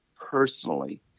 personally